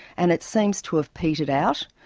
and it seems to have petered out.